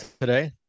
today